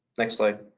next slide.